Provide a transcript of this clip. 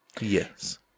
Yes